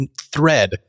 thread